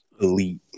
elite